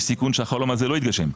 יש סיכון שזה לא יתגשם.